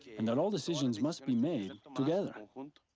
and that all decisions must be made together.